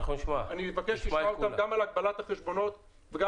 אני מבקש לשמוע אותם גם על הגבלת החשבונות וגם